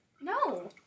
No